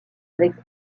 avec